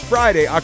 Friday